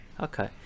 Okay